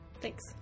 Thanks